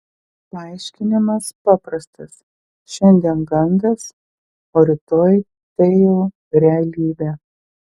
paaiškinimas paprastas šiandien gandas o rytoj tai jau realybė